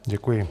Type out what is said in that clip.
Děkuji.